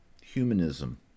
humanism